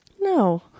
No